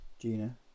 Gina